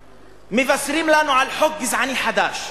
שמבשרים לנו על חוק גזעני חדש,